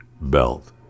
belt